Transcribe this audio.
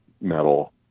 metal